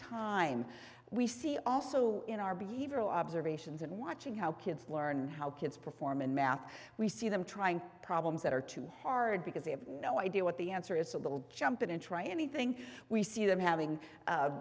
time we see also in our behavioral observations and watching how kids learn and how kids perform in math we see them trying problems that are too hard because they have no idea what the answer is a little jump in try anything we see them having